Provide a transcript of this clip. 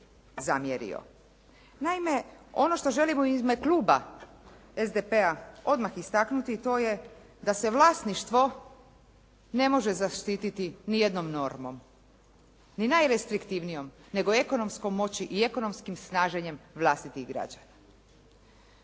Naime ono što želimo u ime kluba SDP-a odmah istaknuti to je da se vlasništvo ne može zaštititi ni jednom normom, ni najrestriktivnijom nego ekonomskom moći i ekonomskim snaženjem vlastitih građana.